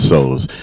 Souls